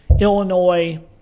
Illinois